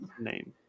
name